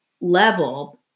level